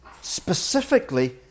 specifically